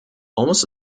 almost